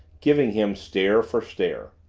giving him stare for stare.